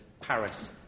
Paris